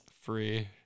free